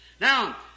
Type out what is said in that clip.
Now